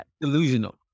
delusional